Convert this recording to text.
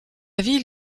ville